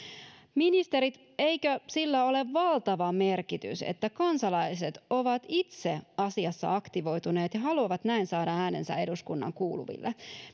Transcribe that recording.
ministerit eikö sillä ole valtava merkitys että kansalaiset ovat asiassa itse aktivoituneet ja haluavat näin saada äänensä eduskunnan kuuluville